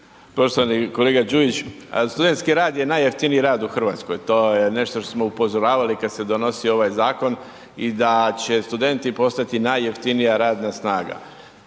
Poštovani kolega Đujić, studentski rad je najjeftiniji rad u RH, to je nešto što smo upozoravali kad se donosio ovaj zakon i da će studenti postati najjeftinija radna snaga.